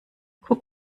guck